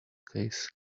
case